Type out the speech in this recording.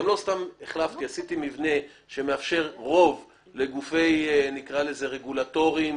עשיתי מבנה שמאפשר רוב לגופים רגולטורים